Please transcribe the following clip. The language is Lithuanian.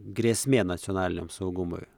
grėsmė nacionaliniam saugumui